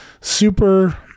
super